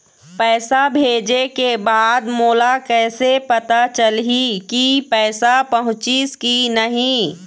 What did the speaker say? पैसा भेजे के बाद मोला कैसे पता चलही की पैसा पहुंचिस कि नहीं?